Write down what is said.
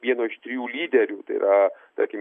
vieno iš trijų lyderių tai yra tarkim